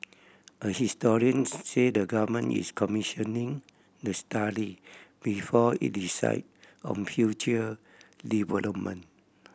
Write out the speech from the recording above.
a historian said the Government is commissioning the study before it decide on future development